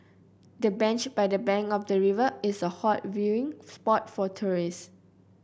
the bench by the bank of the river is a hot viewing spot for tourist